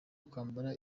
kwambara